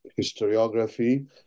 historiography